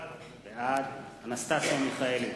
בעד אנסטסיה מיכאלי,